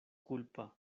kulpa